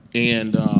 and,